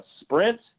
sprint